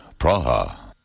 Praha